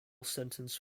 sentence